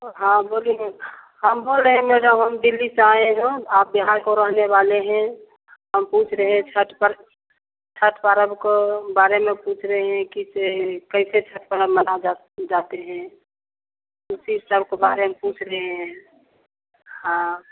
हाँ बोलिये हम बोल रहे हैं जब दिल्ली से आयें हैं हम आप यहाँ के रहने वाले हैं हम पूछ रहे हैं छठ पर छठ पर हमको बाड़े में पूछ रहे हैं कि कैसे छठ पर हम मना जा जाते हैं उसी शाम के बारे में पूछ रहे हैं हाँ